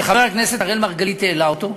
חבר הכנסת אראל מרגלית העלה אותו,